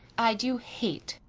i do hate.